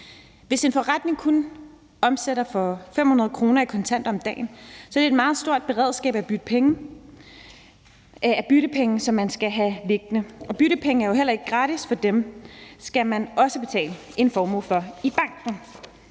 Hvis en forretning kun omsætter for 500 kr. i kontanter om dagen, skal den have et meget stort beredskab af byttepenge liggende. Og byttepenge er jo heller ikke gratis, for dem skal der også betales en formue for i banken.